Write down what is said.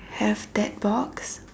have that box